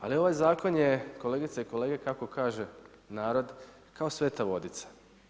Ali ovaj zakon je kolegice i kolege, kako kaže narod kao sveta vodica.